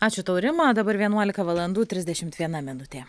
ačiū tau rima dabar vienuolika valandų trisdešimt viena minutė